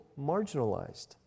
marginalized